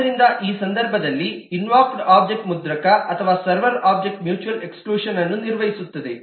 ಆದ್ದರಿಂದ ಈ ಸಂದರ್ಭದಲ್ಲಿ ಇನ್ವೋಕ್ಡ್ ಒಬ್ಜೆಕ್ಟ್ ಮುದ್ರಕ ಅಥವಾ ಸರ್ವರ್ ಒಬ್ಜೆಕ್ಟ್ ಮ್ಯೂಚುವಲ್ ಎಕ್ಸ್ಕ್ಲೂಷನ್ ಅನ್ನು ನಿರ್ವಹಿಸುತ್ತದೆ